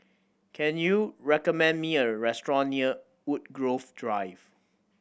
can you recommend me a restaurant near Woodgrove Drive